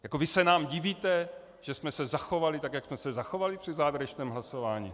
Jako vy se nám divíte, že jsme se zachovali tak, jak jsme se zachovali při závěrečném hlasování?